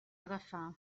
agafar